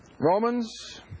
Romans